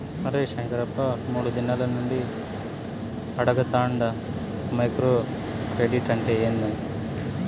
అరే శంకరప్ప, మూడు దినాల నుండి అడగతాండ మైక్రో క్రెడిట్ అంటే ఏందని